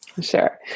Sure